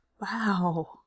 Wow